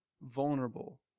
vulnerable